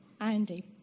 Andy